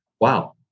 wow